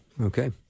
Okay